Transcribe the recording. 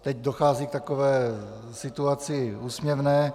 Teď dochází k takové situaci úsměvné.